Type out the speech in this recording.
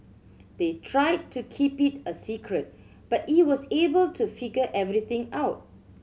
they tried to keep it a secret but it was able to figure everything out